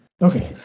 Okay